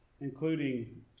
including